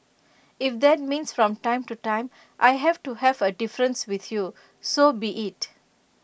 if that means from time to time I have to have A difference with you so be IT